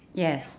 yes